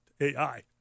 AI